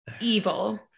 evil